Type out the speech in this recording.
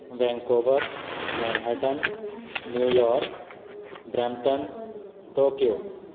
Vancouver manhattan New York Brampton Tokyo